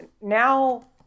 now